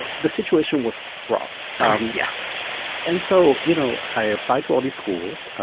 the situation was fraught yeah and so, you know, i applied to all these schools.